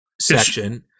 Section